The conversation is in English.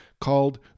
called